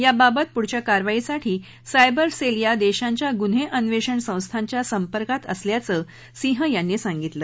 याबाबत पुढच्या कारवाईसाठी सायबर सद्याया दक्षिच्या गुन्हञिन्वक्षि संस्थांच्या संपर्कात असल्याचं सिंह यांनी सांगितलं